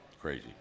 Crazy